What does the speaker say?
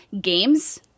Games